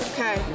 Okay